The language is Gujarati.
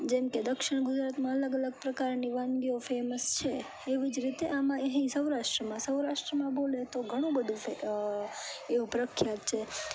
જેમ કે દક્ષિણ ગુજરાતમાં અલગ અલગ પ્રકારની વાનગીઓ ફેમસ છે એવી જ રીતે આમાં અહીં સૌરાષ્ટ્રમાં સૌરાષ્ટ્રમાં બોલે તો ઘણું બધું ફે એવું પ્રખ્યાત છે